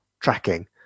tracking